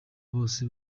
bose